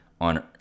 on